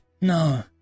No